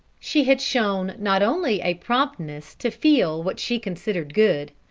she had shown not only a promptness to feel what she considered good,